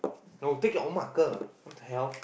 no take your own marker what the hell